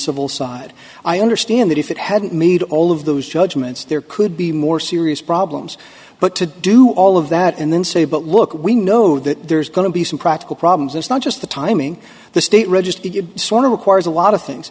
civil side i understand that if it hadn't made all of those judgments there could be more serious problems but to do all of that and then say but look we know that there's going to be some practical problems it's not just the timing the state register sort of requires a lot of things